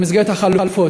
במסגרת החלופות.